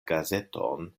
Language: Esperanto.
gazeton